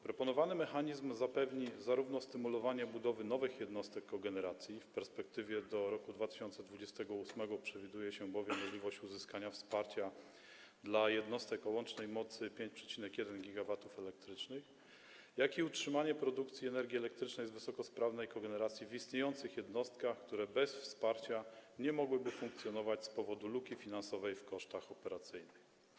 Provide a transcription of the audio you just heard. Proponowany mechanizm zapewni zarówno stymulowanie budowy nowych jednostek kogeneracji, bowiem w perspektywie do roku 2028 przewiduje się możliwość uzyskania wsparcia dla jednostek o łącznej mocy 5,1 GW elektrycznych, jak i utrzymanie produkcji energii elektrycznej z wysokosprawnej kogeneracji w istniejących jednostkach, które bez wsparcia nie mogłyby funkcjonować z powodu luki finansowej w kosztach operacyjnych.